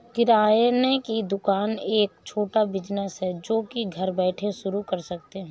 किराने की दुकान एक छोटा बिज़नेस है जो की घर बैठे शुरू कर सकते है